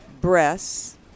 breasts